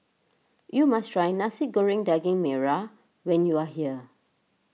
you must try Nasi Goreng Daging Merah when you are here